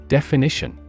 Definition